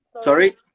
Sorry